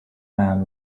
man